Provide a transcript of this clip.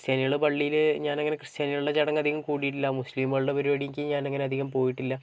ക്രിസ്തൃാനികള് പള്ളിയില് ഞാന് അങ്ങെനെ ക്രിസ്തൃനികളുടെ ചടങ്ങ് അധികം കൂടിയിട്ടില്ല മുസ്ലീങ്ങളുടെ പരിപാടിക്ക് ഞാന് അങ്ങനെ അധികം പോയിട്ടില്ല